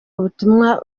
ubutumwa